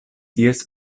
ties